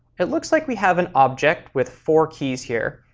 it looks like we have an object with four keys here,